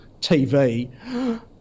TV